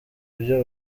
ibyo